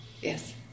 yes